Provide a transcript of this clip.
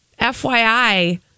FYI